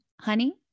Honey